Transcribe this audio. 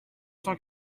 cent